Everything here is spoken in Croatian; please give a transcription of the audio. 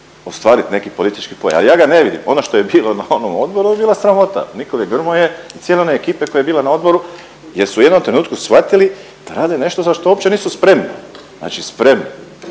ostvariti neki politički poen. Ali ja ga ne vidim. Ono što je bilo na onom odboru ono je bila sramota Nikole Grmoje i cijele one ekipe koja je bila na odboru jer su u jednom trenutku shvatili da rade nešto za što uopće nisu spremni, znači spremni.